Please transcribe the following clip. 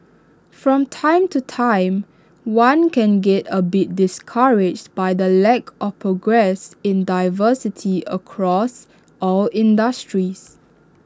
from time to time one can get A bit discouraged by the lack of progress in diversity across all industries